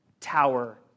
tower